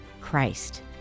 Christ